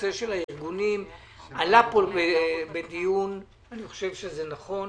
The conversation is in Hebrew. הנושא של הארגונים עלה כאן בדיון ואני חושב שזה נכון.